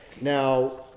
Now